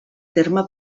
terme